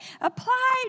apply